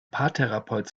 paartherapeut